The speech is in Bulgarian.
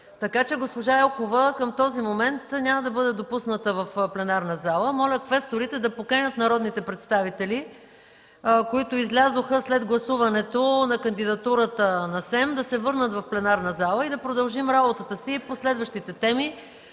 Така че госпожа Елкова към този момент няма да бъде допусната в пленарната зала. Моля, квесторите да поканят народните представители, които излязоха след гласуването на кандидатурата на СЕМ, да се върнат в пленарната зала и да продължим работата си по следващите теми,